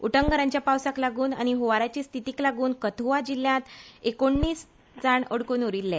उटंगरांच्या पावसाक लागून आनी हंवाराचे स्थितीक लागून कथ्रआ जिल्ह्यांत एकोणतीस जाण अड्कून उरिल्ले